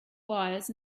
wires